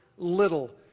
Little